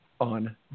on